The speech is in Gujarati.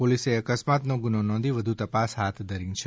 પોલીસે અકસ્માતનો ગુનો નોધી વધુ તપાસ હાથ ધરી છે